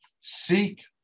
Seek